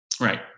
Right